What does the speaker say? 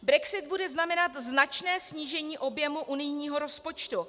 Brexit bude znamenat značné snížení objemu unijního rozpočtu.